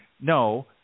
no